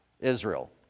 Israel